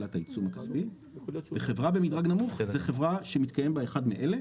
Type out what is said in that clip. הטלת העיצום הכספי וחברה במדרג נמוך זה חברה שמתקיים בה אחד מאלה,